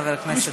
חבר הכנסת.